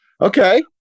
Okay